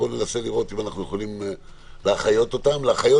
ונראה אם אנחנו יכולים להחיות אותם להחיות